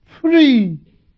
free